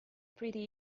pretty